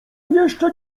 jeszcze